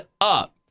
up